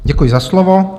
Děkuji za slovo.